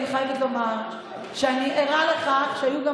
אני חייבת לומר שאני ערה לכך שהיו גם